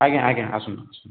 ଆଜ୍ଞା ଆଜ୍ଞା ଆସନ୍ତୁ ଆସନ୍ତୁ